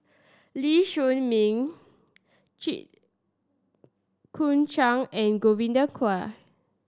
Lee Shao Meng Jit Koon Ch'ng and Godwin Koay